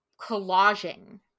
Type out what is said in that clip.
collaging